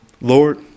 Lord